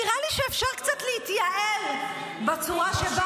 נראה לי שאפשר להתייעל קצת בצורה שבה